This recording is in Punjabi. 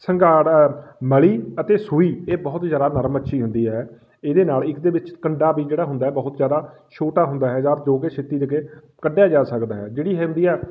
ਸੰਘਾੜਾ ਮਲੀ ਅਤੇ ਸੂਈ ਇਹ ਬਹੁਤ ਜ਼ਿਆਦਾ ਨਰਮ ਮੱਛੀ ਹੁੰਦੀ ਹੈ ਇਹਦੇ ਨਾਲ ਇੱਕ ਦੇ ਵਿੱਚ ਕੰਡਾ ਵੀ ਜਿਹੜਾ ਹੁੰਦਾ ਬਹੁਤ ਜ਼ਿਆਦਾ ਛੋਟਾ ਹੁੰਦਾ ਹੈ ਜਾਂ ਜੋ ਕਿ ਛੇਤੀ ਦੇ ਕੇ ਕੱਢਿਆ ਜਾ ਸਕਦਾ ਹੈ ਜਿਹੜੀ ਇਹ ਹੁੰਦੀ ਹੈ